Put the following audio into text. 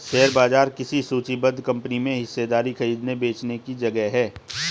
share बाजार किसी सूचीबद्ध कंपनी में हिस्सेदारी खरीदने बेचने की जगह है